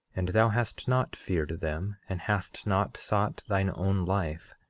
and thou hast not feared them, and hast not sought thine own life,